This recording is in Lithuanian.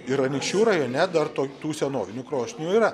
ir anykščių rajone dar to tų senovinių krosnių yra